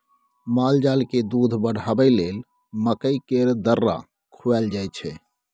मालजालकेँ दूध बढ़ाबय लेल मकइ केर दर्रा खुआएल जाय छै